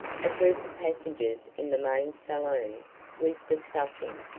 a group of passengers in the main saloon was discussing,